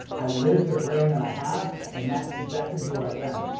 i live the brand that i have, and that's exactly who i am.